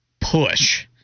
Push